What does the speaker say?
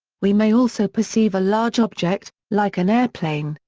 we may also perceive a large object, like an airplane,